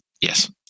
Yes